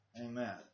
Amen